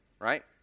right